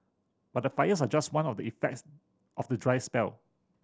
but the fires are just one of the effects of the dry spell